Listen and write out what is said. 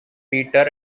peter